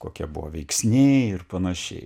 kokie buvo veiksniai ir panašiai